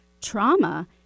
trauma